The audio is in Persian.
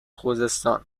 خوزستان